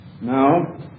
Now